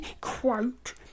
Quote